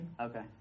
Okay